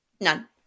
none